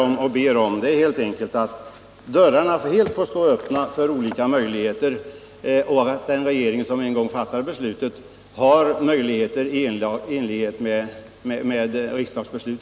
Vad jag ber om är helt enkelt att dörrarna får stå helt öppna för olika möjligheter och att den regering som en gång fäller avgörandet har möjlighet att handla i enlighet med fjolårets riksdagsbeslut.